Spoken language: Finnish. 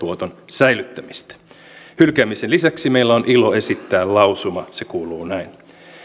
säilyttämistä hylkäämisen lisäksi meillä on ilo esittää lausuma se kuuluu näin